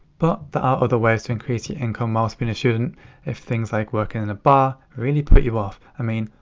but, there are other ways to increase your income whilst being a student if things like working in a bar really put you off. i mean,